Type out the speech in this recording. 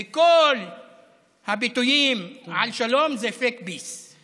וכל הביטויים על שלום זה fake peace, פייק שלום.